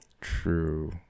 true